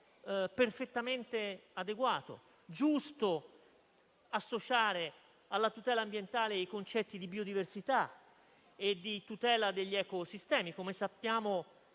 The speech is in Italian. perfettamente adeguato. È giusto associare alla tutela ambientale i concetti di biodiversità e di tutela degli ecosistemi.